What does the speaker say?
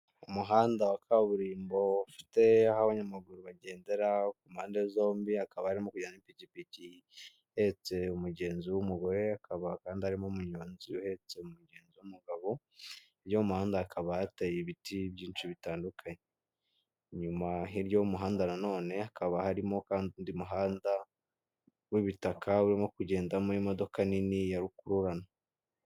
Umuhanda wa kaburimbo aho abanyamaguru bagendera, ku mpande zombi hakaba harimo kugendera ipikipiki ihetse w'umugore akaba kandi harimo umunyonzi uhetse umugenzi w'umugabo hirya y'umuhanda hakaba hateye ibiti byinshi bitandukanye, inyuma hirya y'umuhanda nano hakaba harimo kandi undi muhanda w'ibitaka urimo kugendamo imodoka nini ya rukururana.